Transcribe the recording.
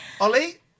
ollie